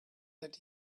that